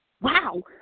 wow